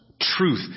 truth